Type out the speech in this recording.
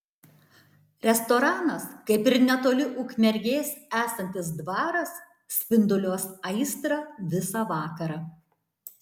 restoranas kaip ir netoli ukmergės esantis dvaras spinduliuos aistrą visa vakarą